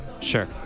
Sure